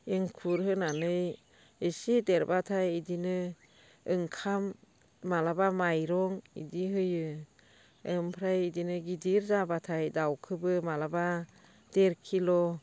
एंखुर होनानै एसे देरबाथाय बिदिनो ओंखाम माब्लाबा माइरं बिदि होयो ओमफ्राय बिदिनो गिदिर जाबाथाय दाउखौबो माब्लाबा देर किल'